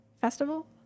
Festival